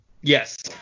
Yes